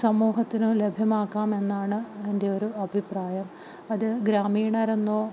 സമൂഹത്തിനും ലഭ്യമാക്കാമെന്നാണ് എൻ്റെയൊരു അഭിപ്രായം അത് ഗ്രാമീണരെന്നോ